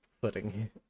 footing